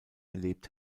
erlebt